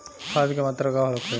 खाध के मात्रा का होखे?